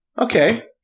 Okay